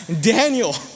Daniel